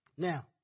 Now